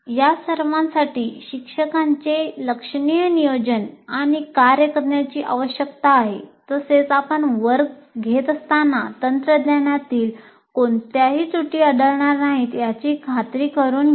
या सर्वांसाठी शिक्षकांचे लक्षणीय नियोजन आणि कार्य करण्याची आवश्यकता आहे तसेच आपण वर्ग घेत असताना तंत्रज्ञानातील कोणत्याही त्रुटी आढळणार नाहीत याची खात्री करुन घ्या